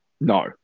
No